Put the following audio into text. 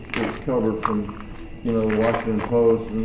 it was covered from you know washington post, and